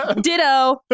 Ditto